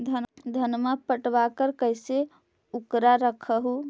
धनमा कटबाकार कैसे उकरा रख हू?